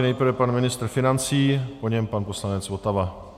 Nejprve pan ministr financí, po něm pan poslanec Votava.